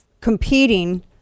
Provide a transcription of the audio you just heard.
competing